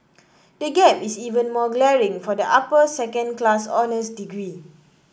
the gap is even more glaring for the upper second class honours degree